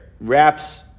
wraps